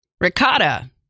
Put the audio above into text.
Ricotta